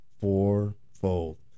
fourfold